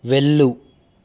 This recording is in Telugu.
వెళ్ళు